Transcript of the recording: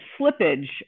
slippage